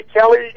Kelly